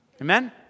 Amen